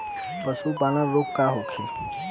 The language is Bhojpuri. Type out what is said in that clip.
पशु प्लग रोग का होखे?